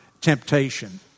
temptation